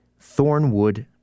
Thornwood